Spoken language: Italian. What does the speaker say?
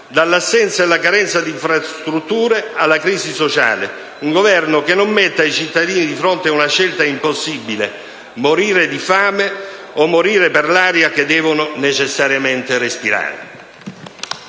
dall'assenza e dalla carenza di infrastrutture alla crisi sociale. Un Governo che non metta i cittadini di fronte a una scelta impossibile: morire di fame o morire per l'aria che devono necessariamente respirare.